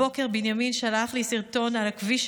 הבוקר בנימין שלח סרטון על הכביש,